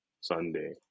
sunday